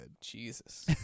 Jesus